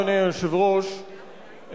אדוני היושב-ראש,